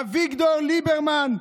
אביגדור ליברמן,